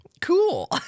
Cool